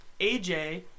AJ